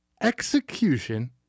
execution